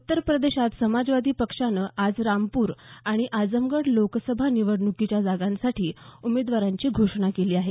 उत्तर प्रदेशात समाजवादी पक्षानं आज रामपूर आणि आजमगढ लोकसभा निवडण्कीच्या जागांसाठी उमेदवारांची घोषणा केली आहे